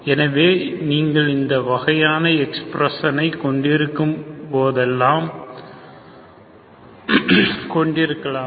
எனவே நீங்கள் இந்த வகையான எகிஸ்பிரஸ்னை கொண்டிருக்கலாம்